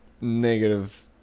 negative